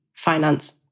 finance